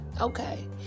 Okay